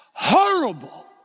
Horrible